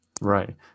Right